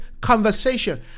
conversation